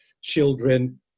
children